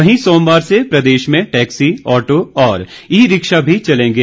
वहीं सोमवार से प्रदेश में टैक्सी ऑटो और ई रिक्शा भी चलेंगे